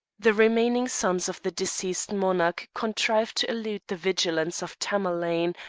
the remaining sons of the deceased monarch contrived to elude the vigilance of tamerlane,